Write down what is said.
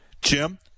Jim